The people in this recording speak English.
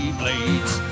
blades